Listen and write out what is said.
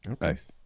Nice